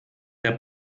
der